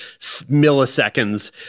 milliseconds